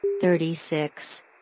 Thirty-six